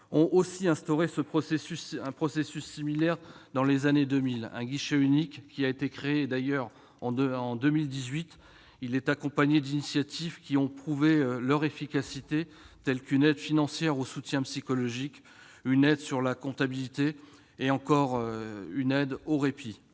ont instauré des processus similaires dès les années 2000. Un guichet unique a été créé en 2018 ; il est accompagné d'initiatives qui ont prouvé leur efficacité : aide financière au soutien psychologique, aide pour la comptabilité ou encore aide au répit.